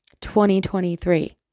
2023